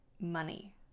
money